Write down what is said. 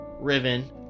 Riven